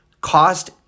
cost